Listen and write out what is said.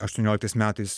aštuonioliktais metais